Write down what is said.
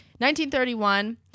1931